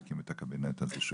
להקים את הקבינט הזה.